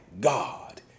God